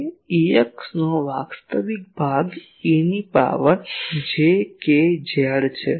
તે Ex નો વાસ્તવિક ભાગ e ની પાવર j k z છે